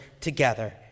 together